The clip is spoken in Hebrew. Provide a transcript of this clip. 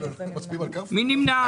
מי נמנע?